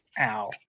Ow